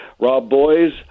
Robboys